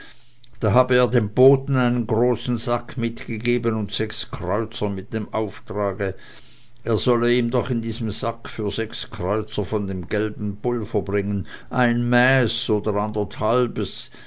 da habe er dem boten einen großen sack mitgegeben und sechs kreuzer mit dem auftrage er solle ihm doch in diesem sacke für sechs kreuzer von dem gelben pulver bringen ein mäß oder